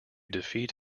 defeat